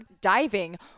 diving